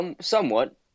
somewhat